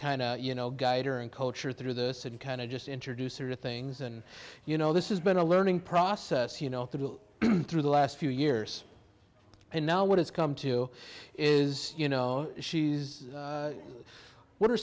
kind of you know guide her and culture through this and kind of just introduce her to things and you know this is been a learning process you know through the last few years and now what it's come to is you know she's what are